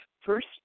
First